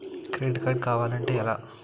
Credit card కావాలి అంటే ఎలా?